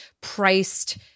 priced